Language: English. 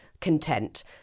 content